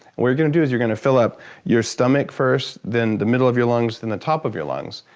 what you're gonna do is you're gonna fill up your stomach first, then, the middle of your lungs, then the top of your lungs.